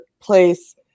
place